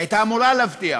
שהייתה אמורה להבטיח,